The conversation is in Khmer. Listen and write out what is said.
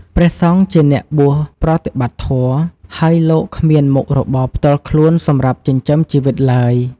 ព្រះសង្ឃជាអ្នកបួសប្រតិបត្តិធម៌ ហើយលោកគ្មានមុខរបរផ្ទាល់ខ្លួនសម្រាប់ចិញ្ចឹមជីវិតឡើយ។